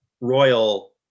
royal